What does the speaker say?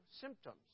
symptoms